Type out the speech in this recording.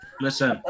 Listen